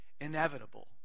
inevitable